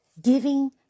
Giving